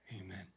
amen